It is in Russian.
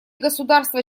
государства